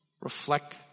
reflect